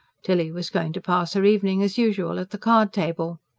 tilly was going to pass her evening, as usual, at the card-table.